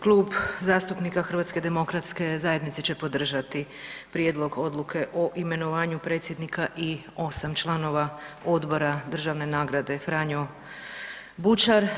Klub zastupnika HDZ-a će podržati Prijedlog Odluke o imenovanju predsjednika i 8 članova Odbora državne nagrade „Franjo Bučar“